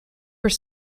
were